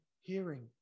hearing